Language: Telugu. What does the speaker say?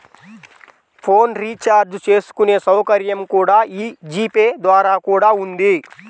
ఫోన్ రీచార్జ్ చేసుకునే సౌకర్యం కూడా యీ జీ పే ద్వారా కూడా ఉంది